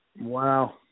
Wow